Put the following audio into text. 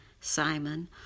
Simon